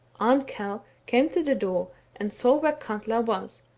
arnkell came to the door and saw where katla was,